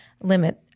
Limit